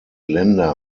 länder